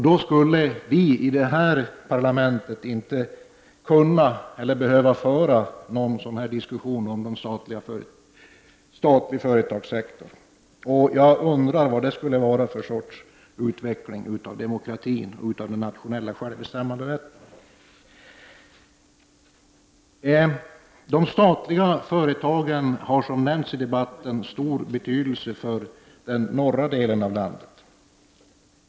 Då skulle vi i det här parlamentet inte behöva föra någon sådan här diskussion om den statliga företagssektorn. Jag undrar vad det skulle vara för sorts utveckling av demokratin och den nationella självbestämmanderätten. De statliga företagen har, som sagts i debatten, stor betydelse för den norra delen av landet.